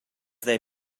they